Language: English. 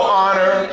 honor